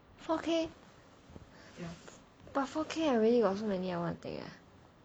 four k but four k I really got so many I want to take eh